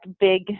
big